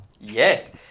Yes